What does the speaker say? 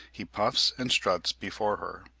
he puffs and struts before her.